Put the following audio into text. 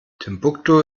timbuktu